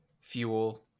fuel